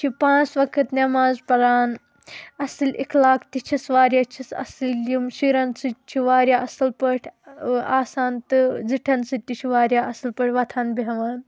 یہِ چھُ پانٛژھ وقت نٮ۪ماز پَران اَصِل اخلاق تہِ چھِس وارِیاہ چھِس اَصِل یِم شُرٮ۪ن سۭتۍ چھُ وارِیاہ اصٕل پٲٹھۍ آسان تہٕ زِٹھٮ۪ن سۭتۍ تہِ چھُ وارِیاہ اصٕل پٲٹھۍ وۄٹھان بیٚہوان